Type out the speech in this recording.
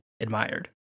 admired